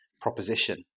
proposition